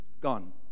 gone